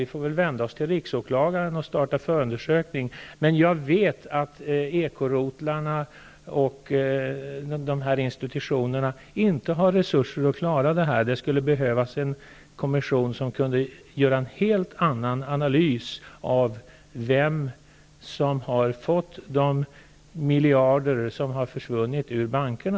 Vi får väl vända oss till riksåklagaren och starta en förundersökning. Jag vet att ekorotlarna och dessa institutioner inte har resurser att klara det här. Det skulle behövas en kommission som kunde göra en helt annan analys av vem som har fått de miljarder som har försvunnit från bankerna.